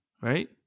right